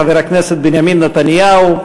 חבר הכנסת בנימין נתניהו,